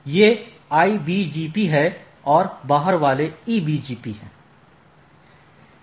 ये IBGP हैं और बहार वाले EBGP हैं